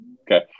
Okay